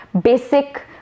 basic